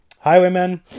Highwaymen